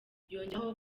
yongeraho